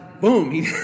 boom